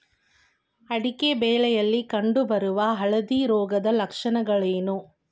ಅಡಿಕೆ ಬೆಳೆಯಲ್ಲಿ ಕಂಡು ಬರುವ ಹಳದಿ ರೋಗದ ಲಕ್ಷಣಗಳೇನು?